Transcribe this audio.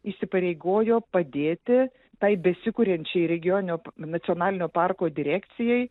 įsipareigojo padėti tai besikuriančiai regioninio nacionalinio parko direkcijai